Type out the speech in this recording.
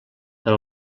per